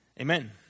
Amen